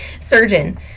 Surgeon